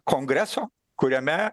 kongreso kuriame